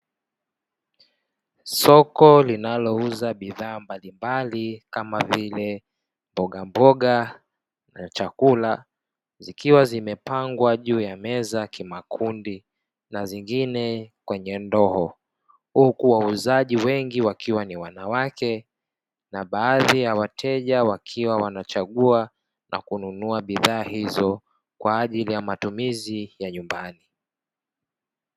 Soko linalouza bidhaa mbalimbali kama vile mbogamboga na chakula, zikiwa zimepangwa juu ya meza kimakundi na zingine kwenye ndoo, huku wauzaji wengi wakiwa ni wanawake na baadhi ya wateja wakiwa wanachagua na kununua bidhaa hizo kwa ajili ya matumizi ya nyumbani.